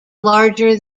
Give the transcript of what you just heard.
larger